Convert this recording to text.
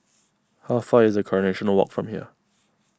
how far away is Coronation Walk from here